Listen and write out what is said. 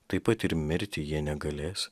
taip pat ir mirti jie negalės